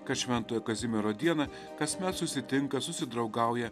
kad šventojo kazimiero dieną kasmet susitinka susidraugauja